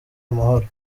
amahoro